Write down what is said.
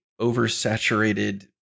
oversaturated